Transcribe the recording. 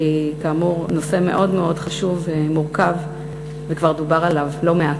כי כאמור הנושא מאוד מאוד חשוב ומורכב וכבר דובר עליו לא מעט.